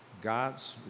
God's